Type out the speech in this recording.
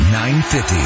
950